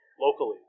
locally